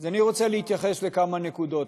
אני רוצה להתייחס לכמה נקודות.